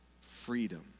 freedom